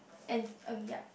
and okay ya